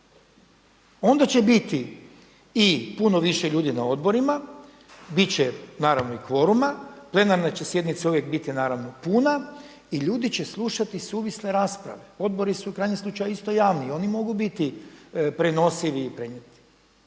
Onda će biti i puno više ljudi na odborima, biti će naravno kvoruma, plenarna će sjednica uvijek biti naravno puna i ljudi će slušali suvisle rasprave. Odbori su u krajnjem slučaju isto javni i oni mogu biti prenosivi i prenijeti.